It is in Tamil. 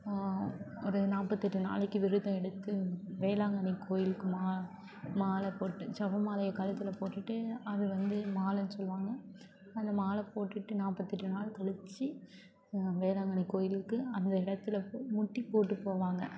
ஒரு நாற்பத்தெட்டு நாளைக்கு விரதம் எடுத்து வேளாங்கண்ணி கோவிலுக்கு மா மாலை போட்டு ஜெப மாலையை கழுத்தில் போட்டுட்டு அது வந்து மாலைன்னு சொல்லுவாங்க அந்த மாலை போட்டுட்டு நாற்பத்தெட்டு நாள் கழிச்சி வேளாங்கண்ணி கோயிலுக்கு அந்த இடத்துல போய் முட்டி போட்டு போவாங்க